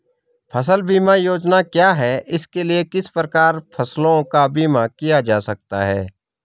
फ़सल बीमा योजना क्या है इसके लिए किस प्रकार फसलों का बीमा किया जाता है?